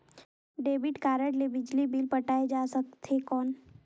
Debit card ले बिजली bill पटाय जा सकथे कौन?